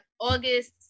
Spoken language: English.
August